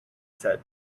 said